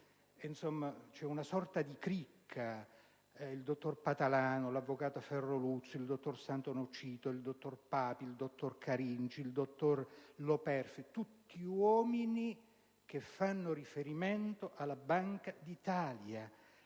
che c’e una sorta di cricca. Il dottor Patalano, l’avvocato Ferro Luzzi, il dottor Santonocito, il dottor Papi, il dottor Caringi, il dottor Loperfido: tutti uomini che fanno riferimento alla Banca d’Italia.